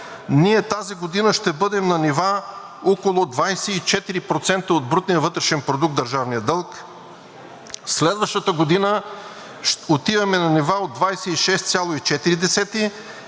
ние тази година ще бъдем на нива около 24% от брутния вътрешен продукт – държавния дълг, следващата година отиваме на нива от 26,4